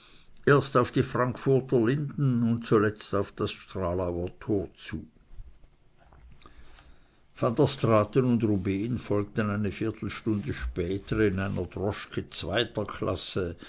erst auf die frankfurter linden und zuletzt auf das stralauer tor zu van der straaten und rubehn folgten eine viertelstunde später in einer droschke zweiter klasse